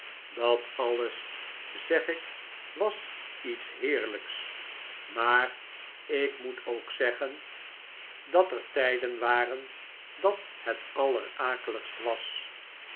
dat alles zeg ik was iets heerlijks maar ik moet ook zeggen dat er tijden waren dat het allerakeligst was